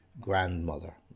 grandmother